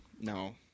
No